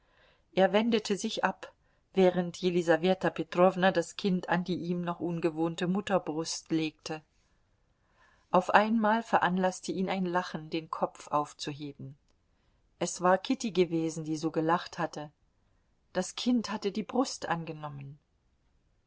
er wendete sich ab während jelisaweta petrowna das kind an die ihm noch ungewohnte mutterbrust legte auf einmal veranlaßte ihn ein lachen den kopf aufzuheben es war kitty gewesen die so gelacht hatte das kind hatte die brust angenommen